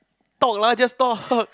talk lah just talk